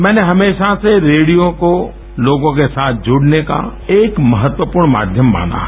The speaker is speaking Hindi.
मैंने हमेशा से रेडियो को लोगों के साथ जुड़ने का एक महत्वपूर्ण माध्यम माना है